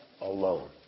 alone